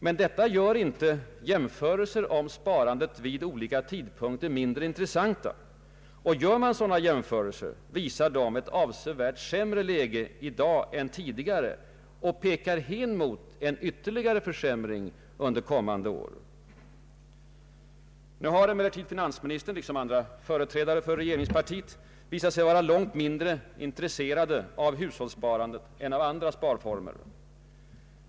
Men detta gör inte jämförelser om sparandet vid olika tidpunkter mindre intressanta. Gör man sådana jämförelser visar de ett avsevärt sämre läge i dag än tidigare och pekar hän mot en ytterligare försämring under kommande år. Nu har emellertid finansministern liksom andra företrädare för regeringspartiet visat sig vara långt mindre intresserad av hushållssparandet än av andra sparformer.